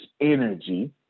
energy